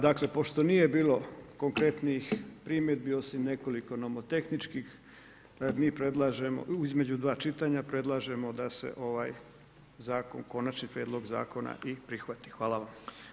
Dakle, pošto nije bilo konkretnih primjedbi, osim nekoliko nomotehničkih, mi predlažemo, između 2 čitanja, predlažemo da se ovaj zakon, konačni prijedlog zakona i prihvati.